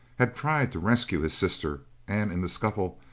had tried to rescue his sister, and in the scuffle,